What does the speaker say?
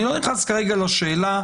אני לא נכנס כרגע לשאלה,